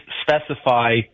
specify